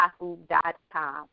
yahoo.com